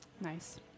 Nice